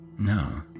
No